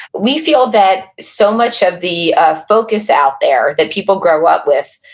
we feel that so much of the ah focus out there, that people grow up with,